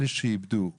אלה שאיבדו הורים,